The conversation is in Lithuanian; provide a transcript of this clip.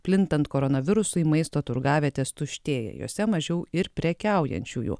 plintant koronavirusui maisto turgavietės tuštėja jose mažiau ir prekiaujančiųjų